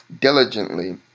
diligently